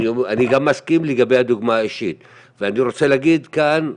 אני גם מסכים לגבי הדוגמה האישית ואני רוצה להגיד כאן,